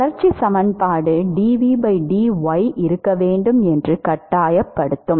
தொடர்ச்சி சமன்பாடு dvdy இருக்க வேண்டும் என்று கட்டாயப்படுத்தும்